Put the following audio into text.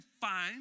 fine